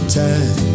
time